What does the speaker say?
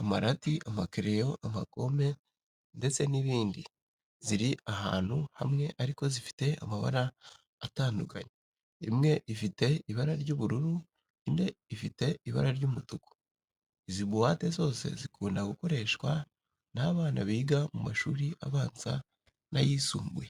amarati, amakereyo, amagome ndetse n'ibindi ziri ahantu hamwe ariko zifite amabara atandukanye. Imwe ifite ibara ry'ubururu, indi ifite ibara ry'umutuku. Izi buwate zose zikunda gukoreshwa n'abana biga mu mashuri abanza n'ayisumbuye.